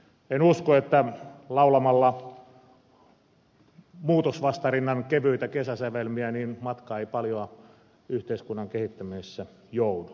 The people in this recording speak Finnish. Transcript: en usko että laulamalla muutosvastarinnan kevyitä kesäsävelmiä matka paljon yhteiskunnan kehittämisessä joutuu